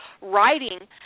writing